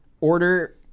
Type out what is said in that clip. Order